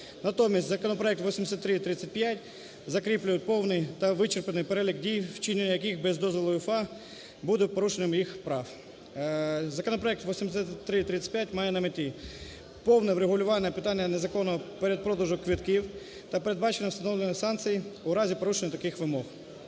Натомість законопроеккт 8335 закріплює повний та вичерпний перелік дій, вчинення яких без дозволу УЄФА буде порушенням їх прав. Законопроект 8335 має на меті повне врегулювання питання незаконного передпродажу квитків та передбачення встановлення санкцій у разі порушення таких вимог.